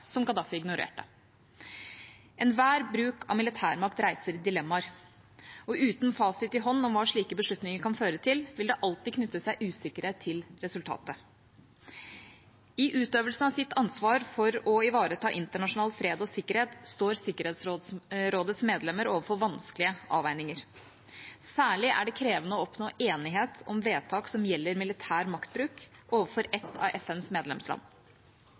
som Gaddafi ignorerte. Enhver bruk av militærmakt reiser dilemmaer, og uten fasit i hånd om hva slike beslutninger kan føre til, vil det alltid knytte seg usikkerhet til resultatet. I utøvelsen av sitt ansvar for å ivareta internasjonal fred og sikkerhet står Sikkerhetsrådets medlemmer overfor vanskelige avveininger. Særlig er det krevende å oppnå enighet om vedtak som gjelder militær maktbruk overfor et av FNs medlemsland.